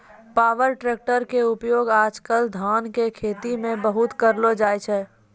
power tractor के उपयोग आज कल धान के खेती मॅ बहुत करलो जाय छै